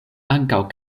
ankaŭ